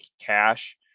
cash